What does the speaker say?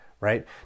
right